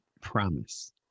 promise